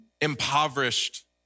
impoverished